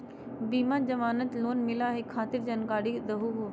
बिना जमानत लोन मिलई खातिर जानकारी दहु हो?